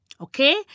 Okay